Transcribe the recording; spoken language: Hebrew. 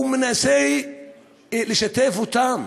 הוא ניסה לשתף אותם